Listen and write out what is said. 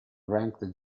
ranked